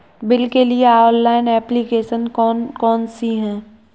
Bill के लिए online application कौन कौन सी हैं?